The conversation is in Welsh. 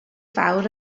fawr